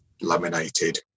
laminated